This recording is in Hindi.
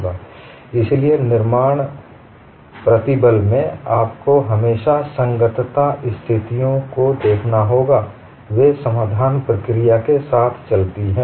इसलिए प्रतिबल निर्माण में आपको हमेशा संगतता स्थितियों को देखना होगा वे समाधान प्रक्रिया के साथ चलती हैं